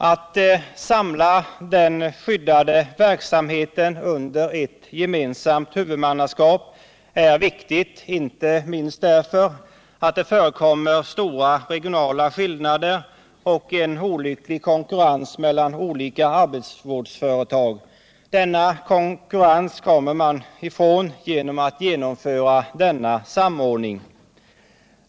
Att samla den skyddade verksamheten under ett gemensamt huvudmannaskap är viktigt, inte minst därför att det förekommer stora regionala skillnader och en olycklig konkurrens mellan olika arbetsvårdsföretag. Den konkurrensen kommer man ifrån genom denna samordning.